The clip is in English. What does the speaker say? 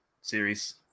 series